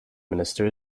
minister